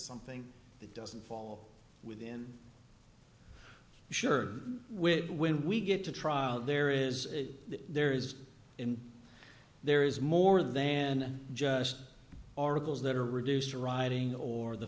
something that doesn't fall within sure which when we get to trial there is there is in there is more than just articles that are reduced to riding or the